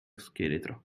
scheletro